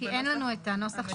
כי אין לנו את הנוסח.